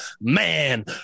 man